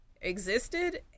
existed